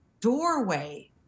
doorway